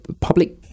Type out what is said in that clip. Public